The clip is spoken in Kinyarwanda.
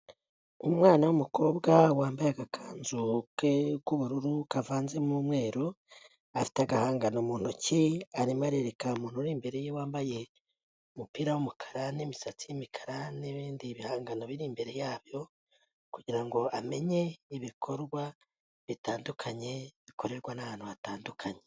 Umwana w'umukobwa wambaye agakanzu ke k'ubururu kavanzemo umweru, afite agahangano mu ntoki arimo arereka umuntu uri imbere ye wambaye umupira w'umukara n'imisatsi y'imikara n'ibindi bihangano biri imbere yabyo kugira ngo amenye ibikorwa bitandukanye bikorerwa n'abantu hatandukanye.